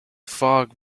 fog